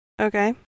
Okay